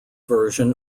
version